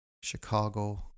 Chicago